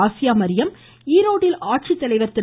Asia Mariyam ஈரோடில் ஆட்சித்தலைவர் திரு